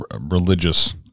religious